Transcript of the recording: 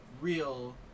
real